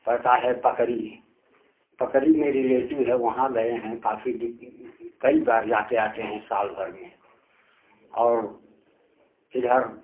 पड़ता है पकरी पकरी में रिलेटिव है वहाँ गए हैं काफी दिन कई बार जाते आते हैं साल भर में और इधर